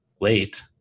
late